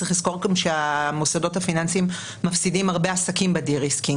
צריך לזכור גם שהמוסדות הפיננסיים מפסידים הרבה עסקים ב-de-risking,